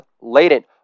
latent